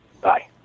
bye